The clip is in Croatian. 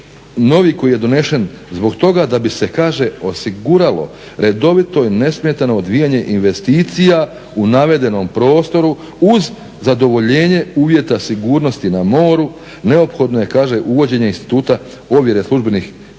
novi koji je donesen zbog toga da bi se kaže osiguralo redovito i nesmetano odvijanje investicija u navedenom prostoru uz zadovoljenje uvjeta sigurnosti na moru. Neophodno je kaže uvođenje Instituta ovjere službenih izmjera